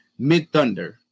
Midthunder